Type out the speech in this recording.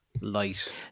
light